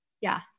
Yes